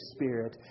Spirit